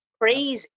Crazy